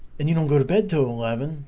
and you don't go to bed total eleven,